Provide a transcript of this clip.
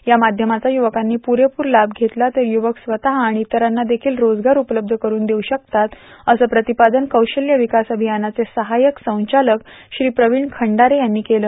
या माध्यमाचा युवकांनी प्रेपूर लाभ घेतला तर युवक स्वतः आणि इतरांना देखील रोजगार उपलब्ध करून देऊ शकतात असं प्रतिपादन कौशल्य विकास अभियानाचे सहायक संचालक श्री प्रवीण खंडारे यांनी केलं